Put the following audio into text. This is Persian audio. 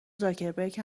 زاکبرک